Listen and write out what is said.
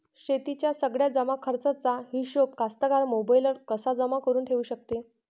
शेतीच्या सगळ्या जमाखर्चाचा हिशोब कास्तकार मोबाईलवर कसा जमा करुन ठेऊ शकते?